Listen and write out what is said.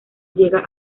llega